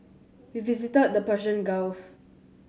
we visited the Persian Gulf